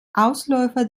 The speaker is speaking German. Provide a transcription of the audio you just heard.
ausläufer